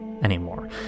anymore